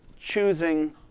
choosing